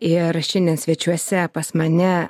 ir šiandien svečiuose pas mane